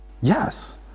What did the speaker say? Yes